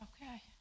okay